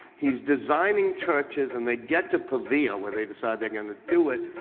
he's designing churches. and they get to pavia where they decide they're going to do it,